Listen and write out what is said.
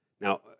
Now